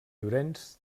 llorenç